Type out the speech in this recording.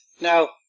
Now